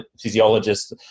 physiologists